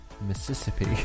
Mississippi